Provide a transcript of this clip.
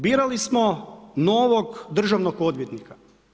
Birali smo novog državnog odvjetnika.